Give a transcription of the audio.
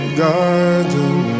garden